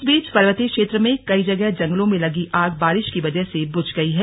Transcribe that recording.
इस बीच पर्वतीय क्षेत्र में कई जगह जंगलों में लगी आग बारिश की वजह से बुझ गई है